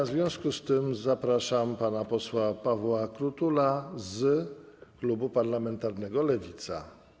W związku z tym zapraszam pana posła Pawła Krutula z klubu parlamentarnego Lewica.